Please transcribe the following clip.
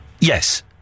Yes